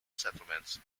settlements